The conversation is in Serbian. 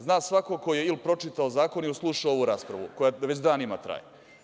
Zna svako ko je i pročitao zakon i slušao ovu raspravu, koja već danima traje.